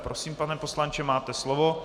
Prosím, pane poslanče, máte slovo.